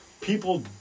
people